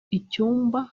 icyumba